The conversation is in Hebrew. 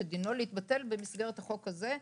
שדינו להתבטל במסגרת החוק הזה.